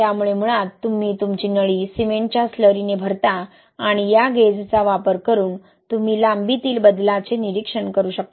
त्यामुळे मुळात तुम्ही तुमची नळी सिमेंटच्या स्लरीने भरता आणि या गेजचा वापर करून तुम्ही लांबीतील बदलाचे निरीक्षण करू शकता